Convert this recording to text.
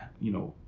you know,